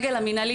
הסגל המנהלי,